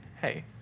hey